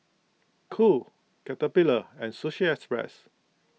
Cool Caterpillar and Sushi Express